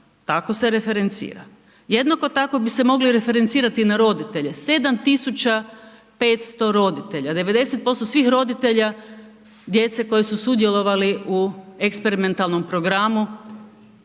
tako se referencira. Jednako tako bi se mogli referencirati na roditelje, 7.500 roditelja, 90% svih roditelja djece koji su sudjelovali u eksperimentalnom programu